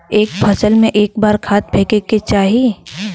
एक फसल में क बार खाद फेके के चाही?